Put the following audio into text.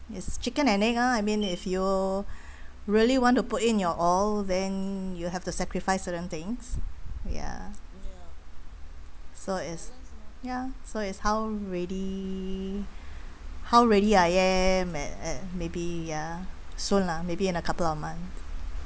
it's chicken and egg lah I mean if you really want to put in your all then you have to sacrifice certain things ya so is ya so is how ready how ready I am at uh maybe ya soon lah maybe in a couple of months